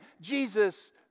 Jesus